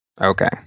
Okay